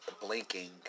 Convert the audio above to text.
Blinking